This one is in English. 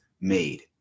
made